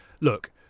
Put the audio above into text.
look